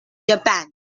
japan